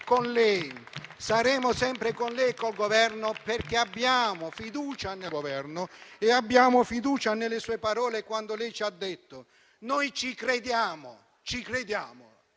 Saremo sempre con lei e con il Governo perché abbiamo fiducia nel Governo e abbiamo fiducia nelle sue parole e su quanto lei ci ha detto. Noi ci crediamo, signor